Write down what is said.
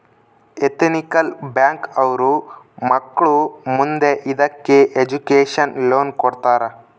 ethical bank ಅವ್ರು ಮಕ್ಳು ಮುಂದೆ ಇದಕ್ಕೆ ಎಜುಕೇಷನ್ ಲೋನ್ ಕೊಡ್ತಾರ